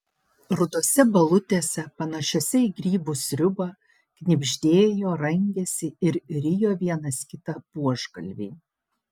rudose balutėse panašiose į grybų sriubą knibždėjo rangėsi ir rijo vienas kitą buožgalviai